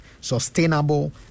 sustainable